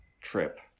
trip